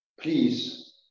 please